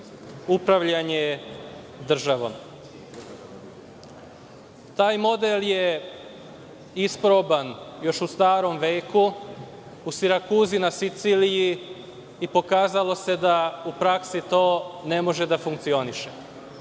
upravljanje državom. Taj model je isproban još u starom veku, u Sirakuzi na Siciliji, i pokazalo se da u praksi to ne može da funkcioniše. Iz